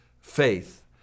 faith